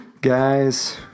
guys